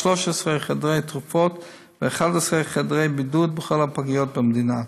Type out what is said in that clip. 13 חדרי תרופות ו-11 חדרי בידוד בכל הפגיות במדינה,